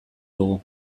dugu